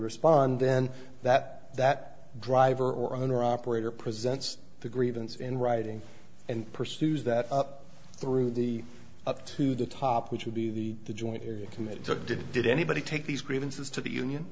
respond then that that driver or owner operator presents the grievance in writing and pursues that up through the up to the top which would be the joint here committee took did did anybody take these grievances to the union